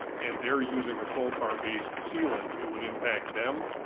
and they're using a coal tar based sealant, it would impact them.